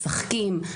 משחקים,